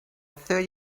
thirty